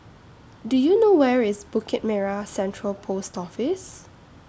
Do YOU know Where IS Bukit Merah Central Post Office